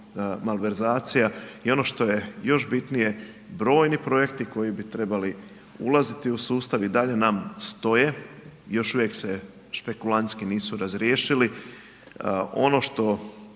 malverzacija i ono što je još bitnije, brojni projekti koji bi trebali ulaziti u sustav i dalje nam stoje, još uvije se špekulantski nisu razriješili. Ono što